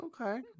okay